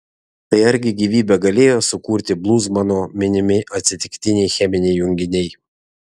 tai argi gyvybę galėjo sukurti bluzmano minimi atsitiktiniai cheminiai junginiai